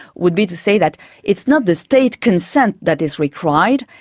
would be to say that it's not the state consent that is required,